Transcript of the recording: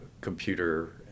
computer